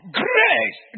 grace